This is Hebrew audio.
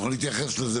אנחנו נתייחס לזה